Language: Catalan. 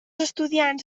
estudiants